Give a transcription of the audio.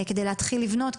כדי להתחיל לבנות.